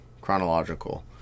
chronological